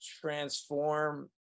transform